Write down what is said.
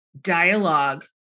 dialogue